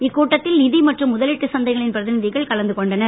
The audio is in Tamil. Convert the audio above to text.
இக்கூட்டத்தில் நிதி மற்றும் முதலீட்டு சந்தைகளின் பிரதிநிதிகள் கலந்து கொண்டனர்